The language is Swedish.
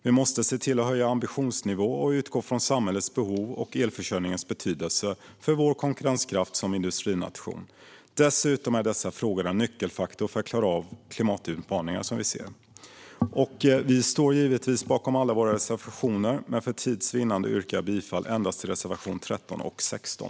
Vi måste se till att höja ambitionsnivån och utgå från samhällets behov och elförsörjningens betydelse för vår konkurrenskraft som industrination. Dessutom är dessa frågor en nyckelfaktor för att klara av de klimatutmaningar som vi ser. Vi står givetvis bakom alla våra reservationer, men för tids vinnande yrkar jag bifall endast till reservationerna 13 och 16.